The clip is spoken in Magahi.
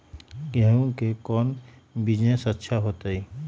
गेंहू के कौन बिजनेस अच्छा होतई?